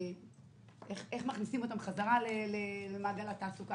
איך מכניסים אותה בחזרה למעגל התעסוקה,